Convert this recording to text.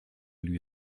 lui